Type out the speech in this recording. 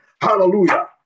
hallelujah